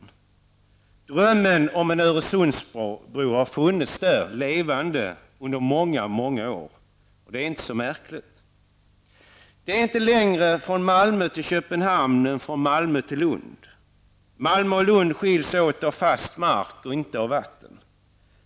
Drömmen om en Öresundsbro har funnits där levande under många, många år. Och det är inte så märkligt. Det är inte längre från Malmö till Köpenhamn än från Malmö till Lund. Malmö och Lund skiljs åt av fast mark och inte av vatten.